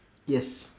yes